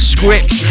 Script